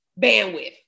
bandwidth